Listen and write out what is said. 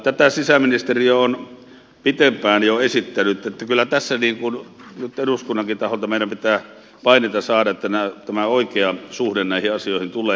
tätä sisäministeriö on pitempään jo esittänyt niin että kyllä tässä nyt eduskunnankin taholta meidän pitää paineita saada että tämä oikea suhde näihin asioihin tulee